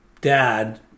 dad